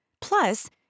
Plus